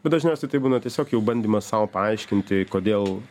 bet dažniausiai tai būna tiesiog jų bandymas sau paaiškinti kodėl